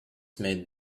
made